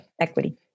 Equity